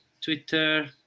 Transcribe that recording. Twitter